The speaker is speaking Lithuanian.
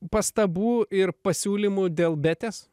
pastabų ir pasiūlymų dėl betės